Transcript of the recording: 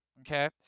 Okay